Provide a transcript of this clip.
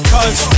Cause